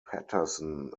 patterson